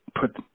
put